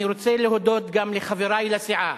אני רוצה להודות גם לחברי לסיעה,